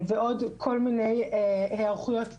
ועוד כל מיני היערכויות תפעוליות,